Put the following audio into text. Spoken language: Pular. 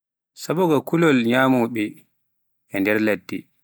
saboga kulol nyamoɓe e nder ladde.